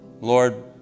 Lord